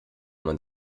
man